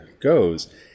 goes